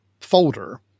folder